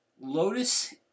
Lotus